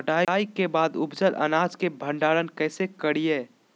कटाई के बाद उपजल अनाज के भंडारण कइसे करियई?